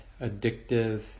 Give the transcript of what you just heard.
addictive